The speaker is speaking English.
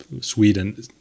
Sweden